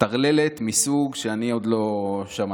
טרללת מסוג שאני עוד לא שמעתי.